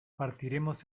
partiremos